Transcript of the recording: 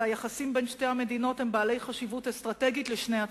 והיחסים בין שתי המדינות הם בעלי חשיבות אסטרטגית לשני הצדדים.